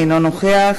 אינו נוכח,